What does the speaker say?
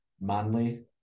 manly